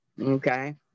okay